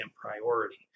priority